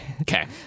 Okay